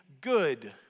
good